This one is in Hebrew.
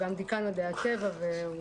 אנחנו